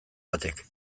batek